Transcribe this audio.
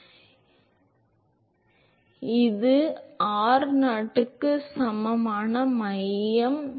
எனவே இது ஒரு இது r நாட் க்கு சமமான மையம் x r ஆகும்